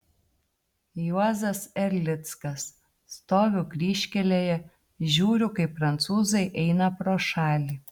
juozas erlickas stoviu kryžkelėje žiūriu kaip prancūzai eina pro šalį